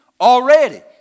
already